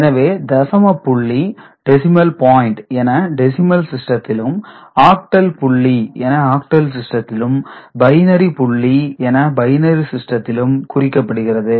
எனவே தசம புள்ளி டெசிமல் பாயிண்ட் என டெசிமல் சிஸ்டத்திலும் ஆக்டல் புள்ளி என ஆக்டல் சிஸ்டத்திலும் பைனரி புள்ளி என பைனரி சிஸ்டத்திலும் குறிக்கப்படுகிறது